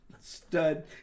stud